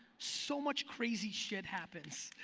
so much crazy shit happens.